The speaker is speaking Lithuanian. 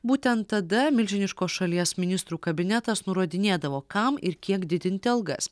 būtent tada milžiniškos šalies ministrų kabinetas nurodinėdavo kam ir kiek didinti algas